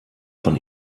von